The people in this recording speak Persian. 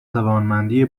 توانمندی